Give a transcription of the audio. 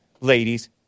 ladies